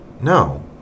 No